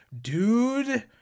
dude